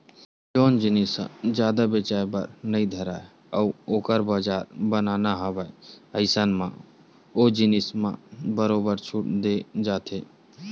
जउन जिनिस ह जादा बेचाये बर नइ धरय अउ ओखर बजार बनाना हवय अइसन म ओ जिनिस म बरोबर छूट देय जाथे